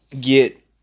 Get